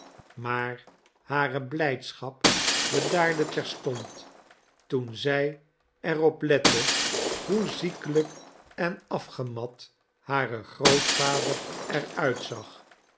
maar hare blijdschap bedaarde terstond toen zij er op lette hoe ziekelijk en afgemat haar grootvader er uitzag